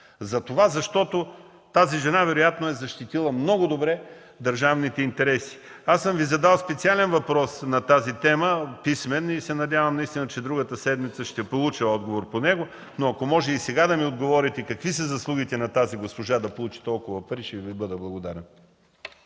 нататък, защото тази жена вероятно е защитила много добре държавните интереси. Аз съм Ви задал специален въпрос на тази тема – писмен, и се надявам, че другата седмица ще получа отговор по него, но, ако може сега да ми отговорите: какви са заслугите на тази госпожа да получи толкова пари, ще Ви бъда благодарен.